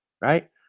right